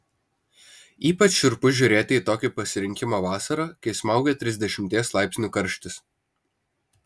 ypač šiurpiu žiūrėti į tokį pasirinkimą vasarą kai smaugia trisdešimties laipsnių karštis